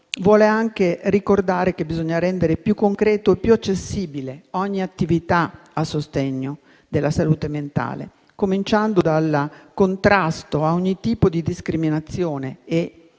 vuole anche ricordare che bisogna rendere più concreta e accessibile ogni attività a sostegno della salute mentale, cominciando dal contrasto a ogni tipo di discriminazione e dalla lotta